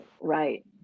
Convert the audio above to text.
right